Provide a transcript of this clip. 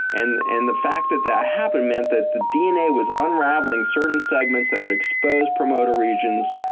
and and the fact that that happened meant that the dna was unraveling certain segments that would expose, promote a regions,